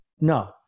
No